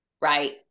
right